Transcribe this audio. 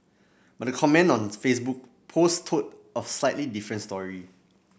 but the comment on Facebook post told a slightly different story